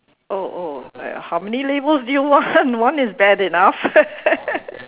oh oh like how many labels do you want one is bad enough